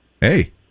Hey